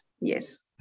yes